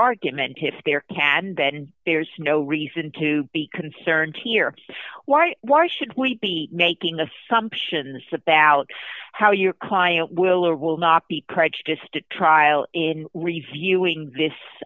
been there's no reason to be concerned here why why should we be making assumptions about how your client will or will not be prejudice to trial in reviewing this